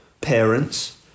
parents